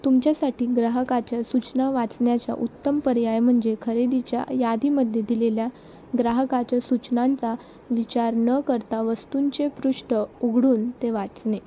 तुमच्यासाठी ग्राहकाच्या सूचना वाचण्याच्या उत्तम पर्याय म्हणजे खरेदीच्या यादीमध्ये दिलेल्या ग्राहकाच्या सूचनांचा विचार न करता वस्तूंचे पृष्ठ उघडून ते वाचणे